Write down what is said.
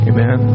Amen